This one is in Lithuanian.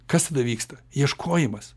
kas tada vyksta ieškojimas